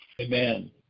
Amen